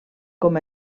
com